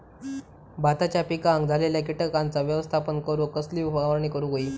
भाताच्या पिकांक झालेल्या किटकांचा व्यवस्थापन करूक कसली फवारणी करूक होई?